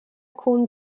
cohn